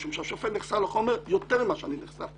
משום שהשופט נחשף לחומר יותר ממה שאני נחשף,